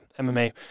MMA